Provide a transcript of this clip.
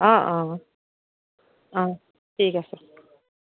অ' অ' অ' ঠিক আছে